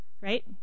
Right